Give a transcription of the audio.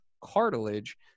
cartilage